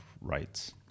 rights